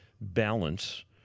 balance